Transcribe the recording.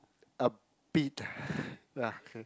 a bit ya can